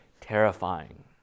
terrifying